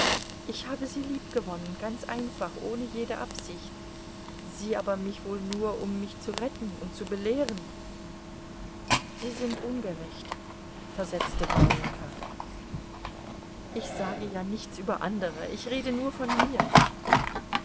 ich habe sie liebgewonnen ganz einfach ohne jede absicht sie aber mich wohl nur um mich zu retten und zu belehren sie sind ungerecht versetzte warjenka ich sage ja nichts über andere ich rede nur von mir